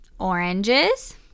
Oranges